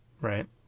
Right